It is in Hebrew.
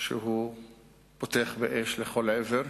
שהוא פותח באש לכל עבר,